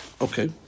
Okay